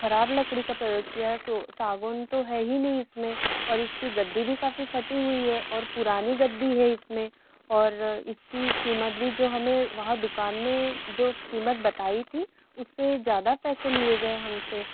ख़राब लकड़ी का प्रयोग किया सो सागवान तो है ही नहीं इसमें और इसके गद्दी भी काफ़ी फटी हुई है और पुरानी गद्दी है इसमें और इसकी कीमत भी जो हमे वहाँ दुकान में जो कीमत बताई थी उससे ज़्यादा पैसे लिए गए हम से